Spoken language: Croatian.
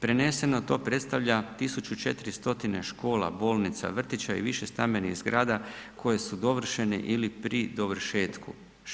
Preneseno to predstavlja 1.400 škola, bolnica, vrtića i više stambenih zgrada koje su dovršene ili pri dovršetku.